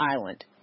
Island